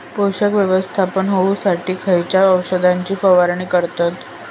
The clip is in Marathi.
पोषक व्यवस्थापन होऊच्यासाठी खयच्या औषधाची फवारणी करतत?